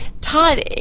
Todd